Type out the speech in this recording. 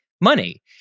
money